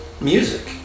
music